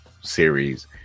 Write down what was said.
series